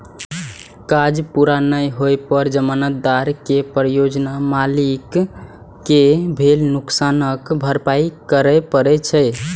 काज पूरा नै होइ पर जमानतदार कें परियोजना मालिक कें भेल नुकसानक भरपाइ करय पड़ै छै